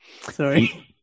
sorry